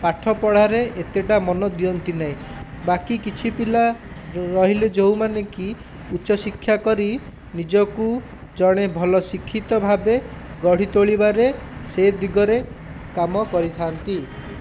ପାଠ ପଢ଼ାରେ ଏତେଟା ମନ ଦିଅନ୍ତି ନାହିଁ ବାକି କିଛି ପିଲା ରହିଲେ ଯେଉଁମାନେ କି ଉଚ୍ଚ ଶିକ୍ଷା କରି ନିଜକୁ ଜଣେ ଭଲ ଶିକ୍ଷିତ ଭାବେ ଗଢ଼ି ତୋଳିବାରେ ସେ ଦିଗରେ କାମ କରିଥାନ୍ତି